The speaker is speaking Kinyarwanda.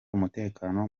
umutekano